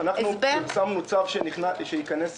אנחנו פרסמנו צו שייכנס